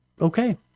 okay